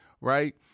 right